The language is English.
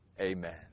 Amen